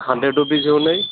hundred రూపీస్వి ఉన్నాయి